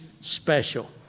special